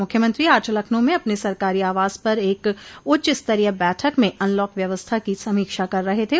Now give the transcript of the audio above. मुख्यमंत्री आज लखनऊ में अपने सरकारी आवास पर एक उच्चस्तरीय बैठक में अनलॉक व्यवस्था की समीक्षा कर रहे थे